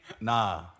Nah